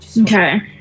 Okay